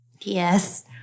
yes